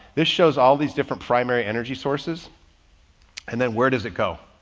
this shows all these different primary energy sources and then where does it go?